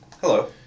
Hello